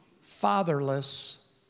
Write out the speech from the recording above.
fatherless